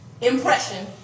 impression